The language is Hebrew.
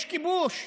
יש כיבוש,